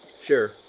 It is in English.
sure